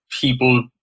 people